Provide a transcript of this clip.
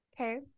Okay